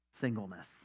singleness